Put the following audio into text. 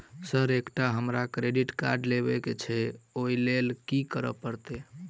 Sir एकटा हमरा credit card लेबकै छैय ओई लैल की करऽ परतै?